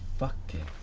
fucking